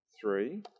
three